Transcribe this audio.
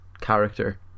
character